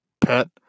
pet